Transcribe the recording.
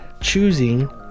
choosing